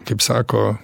kaip sako